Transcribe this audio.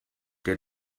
der